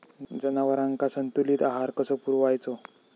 जनावरांका संतुलित आहार कसो पुरवायचो?